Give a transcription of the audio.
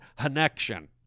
connection